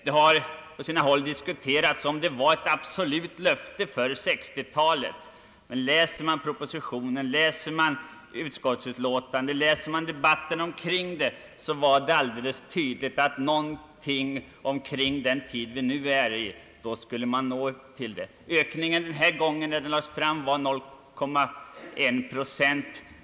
Det har på sina håll diskuterats om det var ett absolut löfte för 1960-talet, men läser man propositionen och utskottsutlåtandet eller tar del av debatten i och utanför riksdagen är det alldeles tydligt att omkring den tid vi nu befinner oss i skulle målet vara uppnått. Ökningen det år löftet lades fram var 0,1 procent.